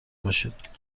باشید